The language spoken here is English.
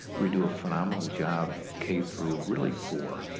we do a phenomenal job k through really four.